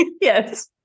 Yes